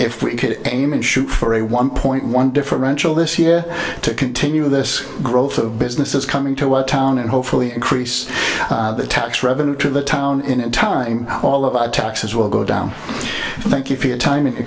if we could aim and shoot for a one point one differential this year to continue this growth of businesses coming to our town and hopefully increase the tax revenue to the town in time all of our taxes will go down thank you for your time